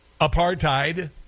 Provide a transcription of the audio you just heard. apartheid